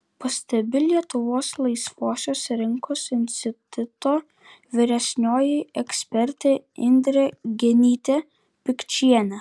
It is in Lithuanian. pastebi lietuvos laisvosios rinkos instituto vyresnioji ekspertė indrė genytė pikčienė